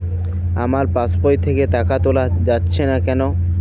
আমার পাসবই থেকে টাকা তোলা যাচ্ছে না কেনো?